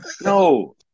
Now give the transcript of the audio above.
No